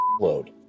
load